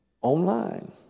online